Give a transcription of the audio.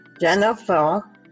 Jennifer